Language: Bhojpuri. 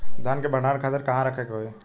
धान के भंडारन खातिर कहाँरखे के होई?